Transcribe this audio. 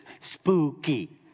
spooky